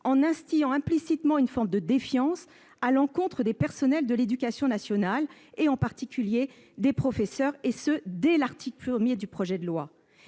en instillant implicitement une forme de défiance à l'encontre des personnels de l'éducation nationale, en particulier des professeurs, et ce dès l'article 1 du projet de loi